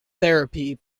therapy